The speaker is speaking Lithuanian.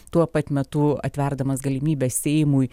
tuo pat metu atverdamas galimybę seimui